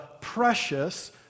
precious